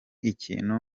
ikintu